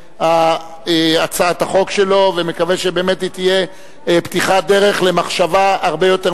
ההצעה להעביר את הצעת חוק בתי-המשפט (תיקון,